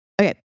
Okay